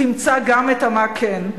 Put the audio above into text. תמצא גם את "מה כן".